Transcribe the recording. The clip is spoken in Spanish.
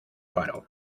faro